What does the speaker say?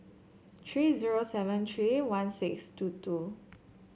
tree zero seven tree one six two two